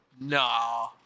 Nah